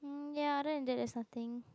mm ya then that is something